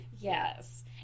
yes